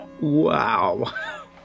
wow